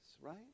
right